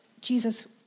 Jesus